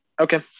Okay